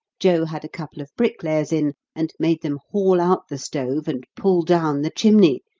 joe had a couple of bricklayers in, and made them haul out the stove and pull down the chimney,